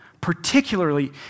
particularly